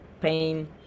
Pain